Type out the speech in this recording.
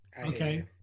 Okay